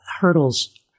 Hurdles